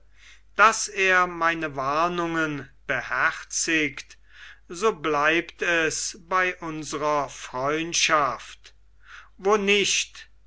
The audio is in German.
daß er meine warnungen beherzigt so bleibt es bei unserer freundschaft wo nicht